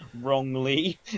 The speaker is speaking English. wrongly